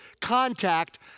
contact